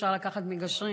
אפשר לקחת מגשרים